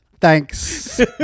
Thanks